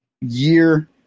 year